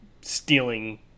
stealing